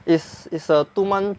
is is a two month